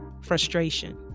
frustration